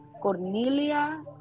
Cornelia